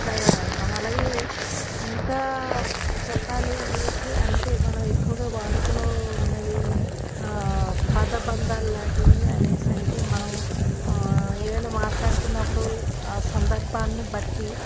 ఇలాగ వాడుతాం అలాగే ఇంకా చెప్పాలి అనేసి అంటే మనం ఎక్కువగా వాడుకలో ఉన్నవి పదబంధాలు లాటివి అనేసి అంటే మనము ఏవన్న మాట్లాడుతున్నప్పుడు ఆ సందర్భాన్ని బట్టి